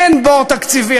אין בור תקציבי,